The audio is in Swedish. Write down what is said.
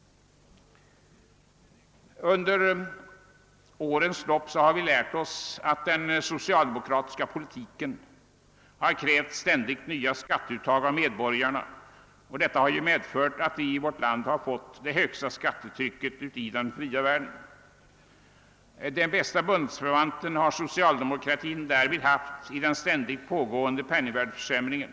Under årens lopp har vi lärt oss, att den socialdemokratiska politiken krävt ständigt nya skatteuttag av medborgarna. Detta har medfört att vårt land fått det högsta skattetrycket i den fria världen. Socialdemokratin har därvid haft den bästa bundsförvanten i den ständigt pågående <:penningvärdeförsämringen.